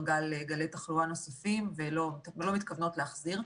גלי תחלואה נוספים ולא מתכוונות להחזיר.